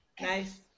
nice